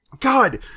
god